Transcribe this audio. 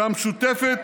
שהמשותפת